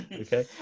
okay